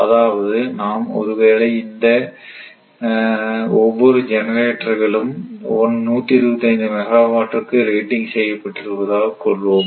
அதாவது நாம் ஒருவேளை இந்த ஒவ்வொரு ஜெனரேட்டர்களும் 125 மெகாவாட்டுக்கு ரேட்டிங் செய்யப்பட்டிருப்பதாக கொள்வோம்